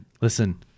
listen